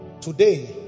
Today